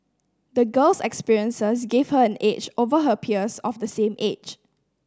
the girl's experiences gave her an edge over her peers of the same age